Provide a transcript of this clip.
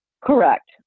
Correct